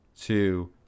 two